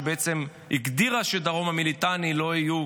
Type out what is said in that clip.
שבעצם הגדירה שדרומה מהליטני לא יהיו